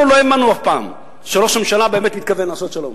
אנחנו לא האמנו אף פעם שראש הממשלה באמת מתכוון לעשות שלום.